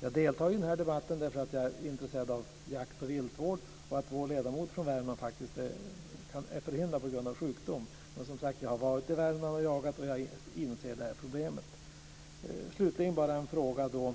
Jag deltar i debatten därför att jag är intresserad av jakt och viltvård. Vår ledamot från Värmland är förhindrad att delta på grund av sjukdom. Jag har varit i Värmland och jagat, och jag inser problemet. Slutligen vill jag bara ställa en fråga: